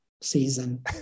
season